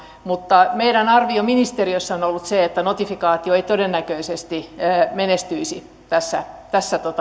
mutta meidän arviomme ministeriössä on on ollut se että notifikaatio ei todennäköisesti menestyisi tässä tässä